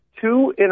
two